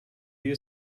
you